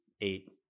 eight